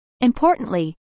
Importantly